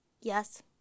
Yes